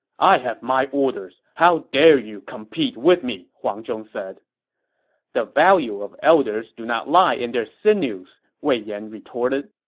i have my orders how dare you compete with me? huang zhong said the value of elders do not lie in their sinews, wei yan retorted.